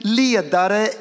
ledare